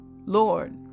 Lord